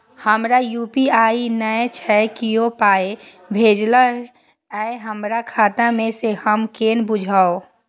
हमरा यू.पी.आई नय छै कियो पाय भेजलक यै हमरा खाता मे से हम केना बुझबै?